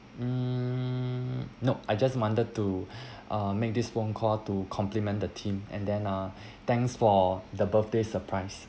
um no I just wanted to uh make this phone call to compliment the team and then uh thanks for the birthday surprise